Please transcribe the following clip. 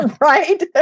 Right